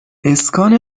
اسکان